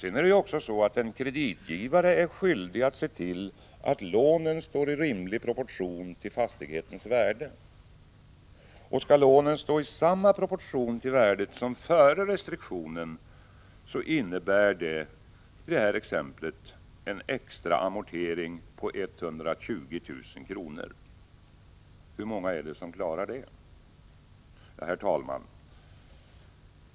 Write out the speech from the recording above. En kreditgivare är också skyldig att se till att lånen står i rimlig proportion till fastighetens värde. Skall lånen stå i samma proportion till värdet som före restriktionen innebär det i exemplet en extra amortering på 120 000 kr. Hur många klarar det? Herr talman!